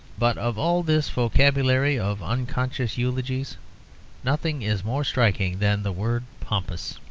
but of all this vocabulary of unconscious eulogies nothing is more striking than the word pompous.